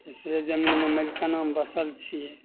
दोसरे जमीनमे मलिकानामे बसल छियै